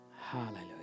Hallelujah